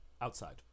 Outside